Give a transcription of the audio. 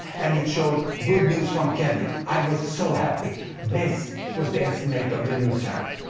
and it showed good news from kenya. i was so happy. this was the estimate of the new survey.